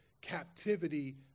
captivity